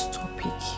topic